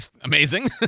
amazing